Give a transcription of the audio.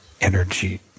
energy